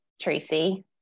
Tracy